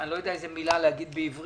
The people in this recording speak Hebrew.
אני לא יודע איזו מילה להגיד בעברית